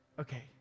Okay